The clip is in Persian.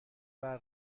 برق